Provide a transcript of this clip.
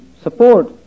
support